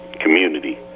community